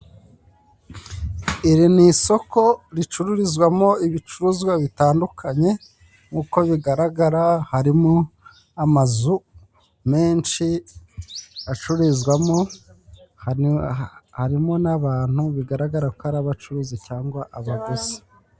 Iri ni isoko ricururizwamo ibicuruzwa bitandukanye, uko bigaragara harimo amazu menshi acururizwamo, harimo n'abantu bigaragara ko ari abacuruzi cyangwa abaguzi.